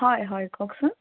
হয় হয় কওকচোন